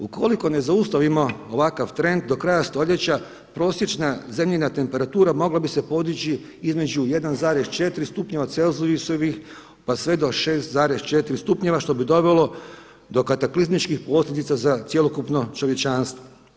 Ukoliko ne zaustavimo ovakav trend do kraja stoljeća prosječna zemljina temperatura mogla bi se podići između 1,4 stupnjeva celzijusevih, pa sve do 6,4 stupnjeva što bi dovelo do kataklizmičkih posljedica za cjelokupno čovječanstvo.